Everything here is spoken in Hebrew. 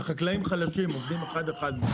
והחקלאים החלשים עוברים אחד-אחד.